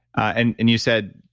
and and you said,